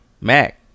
Mac